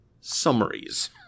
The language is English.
summaries